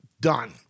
Done